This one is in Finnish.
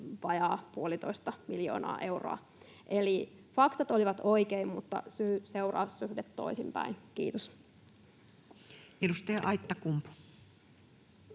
vajaa puolitoista miljoonaa euroa. Eli faktat olivat oikein, mutta syy—seuraus-suhde toisinpäin. — Kiitos. [Speech 208]